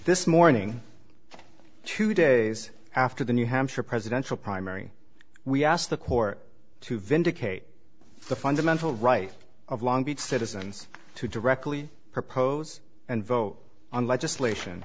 this morning two days after the new hampshire presidential primary we asked the court to vindicate the fundamental right of long beach citizens to directly propose and vote on legislation